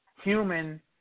Human